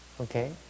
okay